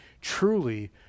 truly